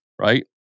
right